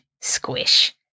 Squish